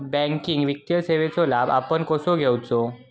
Banking वित्तीय सेवाचो लाभ आपण कसो घेयाचो?